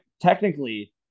technically